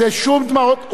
זה שום דמעות.